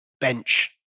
bench